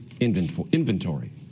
inventory